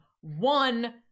One